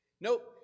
Nope